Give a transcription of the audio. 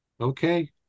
okay